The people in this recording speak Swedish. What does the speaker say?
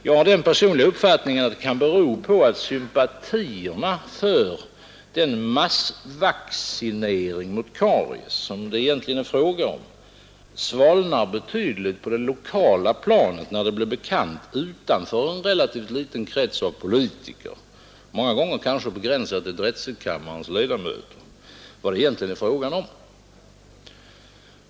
Jag har dock personligen den uppfattningen att det kan bero på att sympatierna för den massvaccinering mot karies, som det egentligen är fråga om, svalnar betydligt på det lokala planet, när det blir bekant utanför en relativt liten krets av politiker, många gånger kanske begränsad till drätselkammarens ledamöter, vad det egentligen är fråga om.